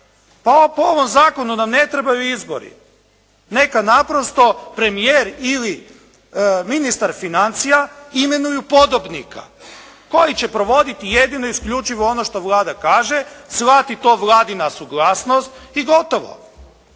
Pa po ovom zakonu nam ne trebaju izbori. Neka naprosto premijer ili ministar financija imenuju podobnika koji će provoditi jedino i isključivo ono što Vlada kaže, shvati to vladina suglasnost i gotovo.